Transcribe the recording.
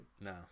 No